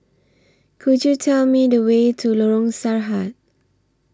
Could YOU Tell Me The Way to Lorong Sarhad